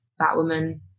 Batwoman